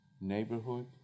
neighborhood